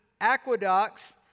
aqueducts